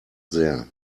there